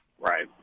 Right